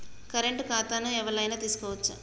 Current ఖాతాను ఎవలైనా తీసుకోవచ్చా?